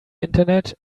internet